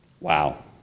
Wow